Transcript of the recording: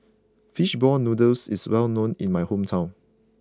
Fish Ball Noodles is well known in my hometown